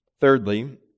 Thirdly